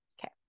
okay